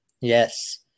Yes